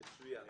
מצוין.